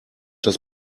das